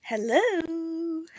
Hello